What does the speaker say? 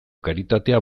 karitatea